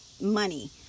money